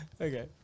Okay